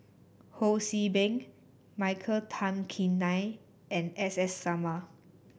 Ho See Beng Michael Tan Kim Nei and S S Sarma